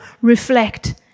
reflect